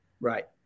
Right